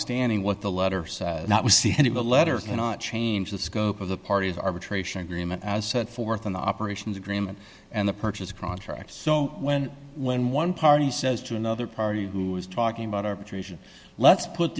notwithstanding what the letter said that was the end of the letter cannot change the scope of the party's arbitration agreement as set forth in the operations agreement and the purchase contract so when when one party says to another party who is talking about arbitration let's put